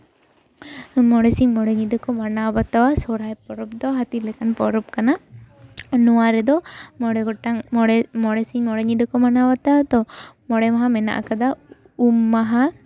ᱢᱚᱬᱮ ᱥᱤᱧ ᱢᱚᱬᱮ ᱧᱤᱫᱟᱹ ᱠᱚ ᱢᱟᱱᱟᱣ ᱵᱟᱛᱟᱣᱟ ᱥᱚᱨᱦᱟᱭ ᱯᱚᱨᱚᱵᱽ ᱫᱚ ᱦᱟᱹᱛᱤ ᱞᱮᱠᱟᱱ ᱯᱚᱨᱚᱵᱽ ᱠᱟᱱᱟ ᱱᱚᱣᱟ ᱨᱮᱫᱚ ᱢᱚᱬᱮ ᱜᱚᱴᱟᱝ ᱢᱚᱬᱮ ᱥᱤᱧ ᱢᱚᱬᱮ ᱧᱤᱫᱟᱹ ᱠᱚ ᱢᱟᱱᱟᱣ ᱵᱟᱛᱟᱣᱟ ᱛᱚ ᱢᱚᱬᱮ ᱢᱟᱦᱟ ᱢᱮᱱᱟᱜ ᱟᱠᱟᱫᱟ ᱩᱢ ᱢᱟᱦᱟ